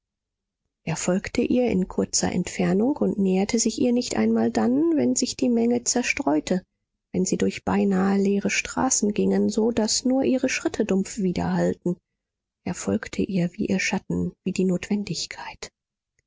folgte ihr in kurzer entfernung und näherte sich ihr nicht einmal dann wenn sich die menge zerstreute wenn sie durch beinahe leere straßen gingen so daß nur ihre schritte dumpf widerhallten er folgte ihr wie ihr schatten wie die notwendigkeit